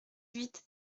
huit